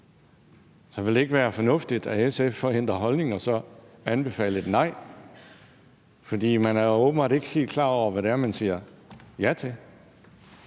Så ville det ikke være fornuftigt af SF at ændre holdning og anbefale et nej? For man er åbenbart ikke helt klar over, hvad det er, man siger ja til.